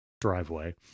driveway